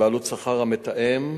בעלות שכר המתאם